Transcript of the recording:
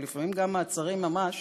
אבל לפעמים גם מעצרים ממש,